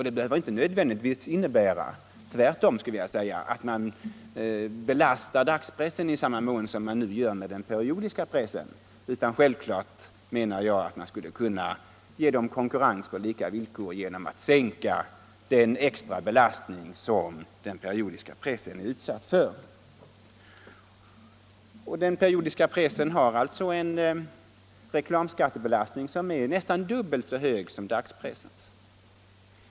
Det behöver inte nödvändigtvis innebära — tvärtom skulle jag vilja säga —- att man belastar dagspressen i samma mån som man nu gör med den periodiska pressen utan självklart menar jag att man skulle kunna åstadkomma konkurrens på lika villkor genom att häva den extra belastning som den periodiska pressen är utsatt för. Den periodiska pressen har alltså en reklamskattebelastning som är nästan dubbelt så hög som dagspressens.